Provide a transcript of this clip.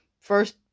first